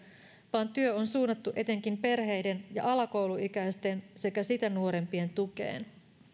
vaan työ on suunnattu etenkin perheiden ja alakouluikäisten sekä sitä nuorempien tukeen